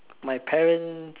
my parents